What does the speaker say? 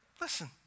Listen